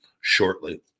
shortly